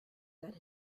that